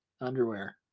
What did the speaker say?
underwear